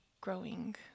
growing